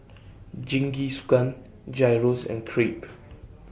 Jingisukan Gyros and Crepe